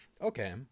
Okay